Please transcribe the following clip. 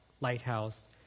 Lighthouse